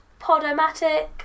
Podomatic